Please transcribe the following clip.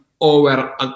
over